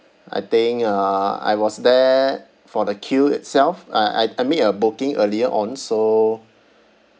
I think uh I was there for the queue itself I I'd I made a booking earlier on so